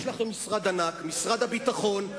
יש לכם משרד ענק, משרד הביטחון.